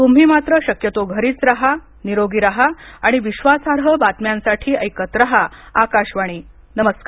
तुम्ही मात्र शक्यतो घरीच राहा निरोगी राहा आणि विश्वासार्ह बातम्यांसाठी ऐकत राहा आकाशवाणी नमस्कार